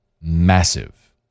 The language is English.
massive